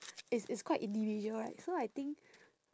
it's it's quite individual right so I think